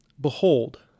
behold